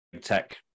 tech